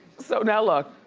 so now look.